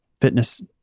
fitness